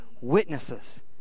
Witnesses